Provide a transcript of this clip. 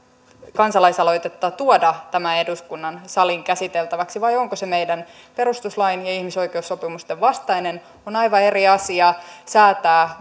kansalaisaloitetta ylipäätänsä tuoda eduskunnan saliin käsiteltäväksi vai onko se meidän perustuslain ja ihmisoikeussopimusten vastainen on aivan eri asia säätää